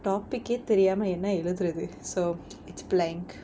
topic eh தெரியாம என்ன எழுதுறது:theriyaama enna eluthurathu so it's blank